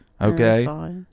Okay